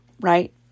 right